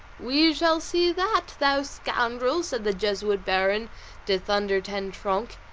we shall see that, thou scoundrel! said the jesuit baron de thunder-ten-tronckh,